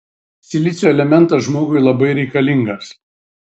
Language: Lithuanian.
silicio elementas žmogui labai reikalingas